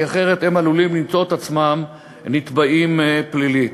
כי אחרת הם עלולים למצוא את עצמם נתבעים פלילית.